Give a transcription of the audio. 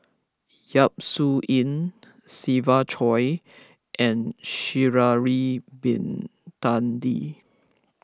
Yap Su Yin Siva Choy and Sha'ari Bin Tadin